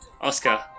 Oscar